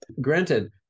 Granted